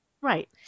Right